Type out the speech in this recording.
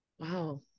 Wow